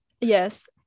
yes